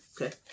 okay